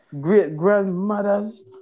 great-grandmothers